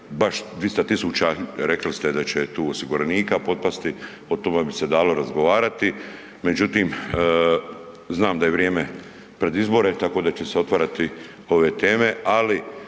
baš 200.000 rekli ste da će tu osiguranika potpasti o tome bi se dalo razgovarati, međutim znam da je vrijeme pred izbor tako da će se otvarati ove teme, ali